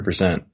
100%